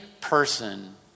person